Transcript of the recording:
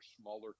smaller